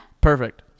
Perfect